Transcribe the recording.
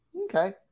Okay